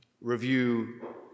review